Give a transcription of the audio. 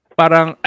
parang